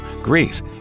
Greece